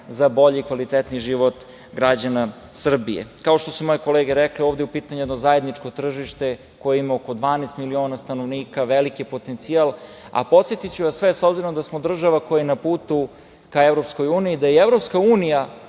za bolji i kvalitetniji život građana Srbije. Kao što su moje kolege rekle, ovde je u pitanju jedno zajedničko tržište koje ima oko 12 miliona stanovnika, veliki potencijal. Podsetiću vas sve, s obzirom da smo država koja je na putu ka EU, da je EU, odnosno